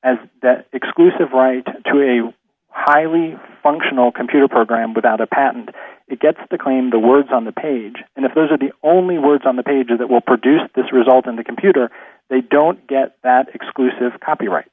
and that exclusive right to a highly functional computer program without a patent it gets the claim the words on the page and if those are the only words on the page that will produce this result in the computer they don't get that exclusive copyright